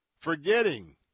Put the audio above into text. forgetting